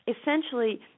essentially